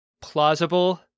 plausible